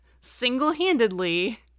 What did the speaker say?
single-handedly